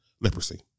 leprosy